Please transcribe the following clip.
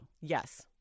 Yes